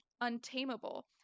untamable